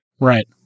Right